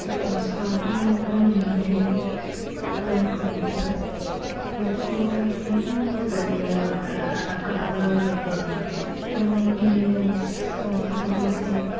ಕೊತ್ತಂಬರಿ ಸೊಪ್ಪು ನಮ್ಮನೇಲಿ ಬೆಳ್ಕೊಳ್ವಂಥದ್ದು ಮತ್ತೆ ತೋಟಗಾರಿಕೆ ಅಂದರೆ ನಮ್ಮ ಗದ್ದೆಗಳಿರುತ್ತೆ ಅಕ್ಕಪಕ್ಕದವ್ರು ಗದ್ದೆ ಇರ್ತೆ ಅಲ್ಲೋಗಿ ನೀರು ಹಾಯಿಸುವಂಥದ್ದು ಮತ್ತು